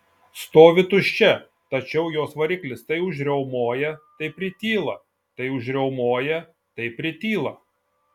stovi tuščia tačiau jos variklis tai užriaumoja tai prityla tai užriaumoja tai prityla